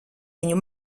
viņu